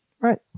Right